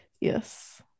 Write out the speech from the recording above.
Yes